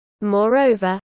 Moreover